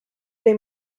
they